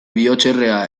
bihotzerrea